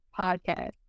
Podcast